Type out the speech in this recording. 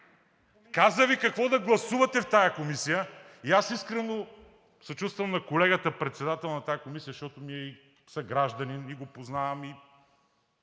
каза Ви какво да гласувате в тази комисия. Искрено съчувствам на колегата председател на тази комисия, защото ми е съгражданин и го познавам, и